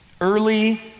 Early